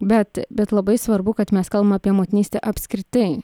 bet bet labai svarbu kad mes kalbam apie motinystę apskritai